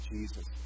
Jesus